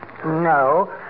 No